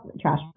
Trash